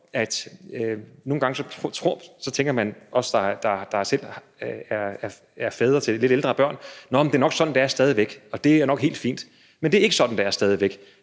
vi nogle gange tænker – os, der selv er fædre til lidt ældre børn: Det er nok sådan, det er stadig væk, og det er nok helt fint. Men det er ikke sådan, det er stadig væk.